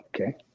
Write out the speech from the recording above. okay